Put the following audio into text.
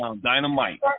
dynamite